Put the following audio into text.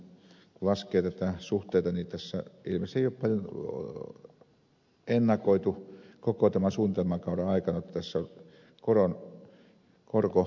kun laskee näitä suhteita niin tässä ilmeisesti ei ole paljon ennakoitu koko tämän suunnitelmakauden aikana jotta tässä korko nousisi